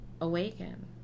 awaken